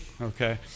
Okay